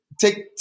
take